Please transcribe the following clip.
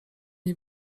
nie